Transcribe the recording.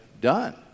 done